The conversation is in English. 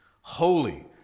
holy